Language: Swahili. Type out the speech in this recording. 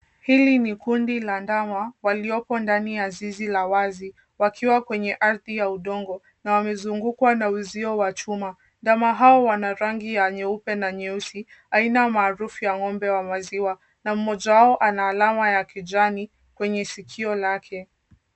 Hili ni kundi la ndama waliopo ndani ya zizi la wazi wakiwa kwenye ardhi ya udongo na wamezungukwa na uzio wa chuma. Ndama Hao wana rangi ya nyeupe na nyeusi aina maarufu ya ng'ombe wa maziwa na mmoja wao ana alama ya kijani kwenye sikio lake.